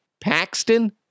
Paxton